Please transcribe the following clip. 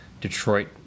Detroit